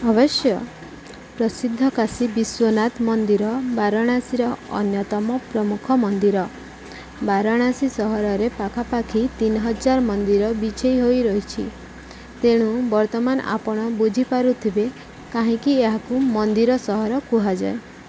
ଅବଶ୍ୟ ପ୍ରସିଦ୍ଧ କାଶୀ ବିଶ୍ୱନାଥ ମନ୍ଦିର ବାରାଣାସୀର ଅନ୍ୟତମ ପ୍ରମୁଖ ମନ୍ଦିର ବାରଣାସୀ ସହରରେ ପାଖାପାଖି ତିନିହଜାର ମନ୍ଦିର ବିଛାଇ ହୋଇ ରହିଛି ତେଣୁ ବର୍ତ୍ତମାନ ଆପଣ ବୁଝି ପାରୁଥିବେ କାହିଁକି ଏହାକୁ ମନ୍ଦିର ସହର କୁହାଯାଏ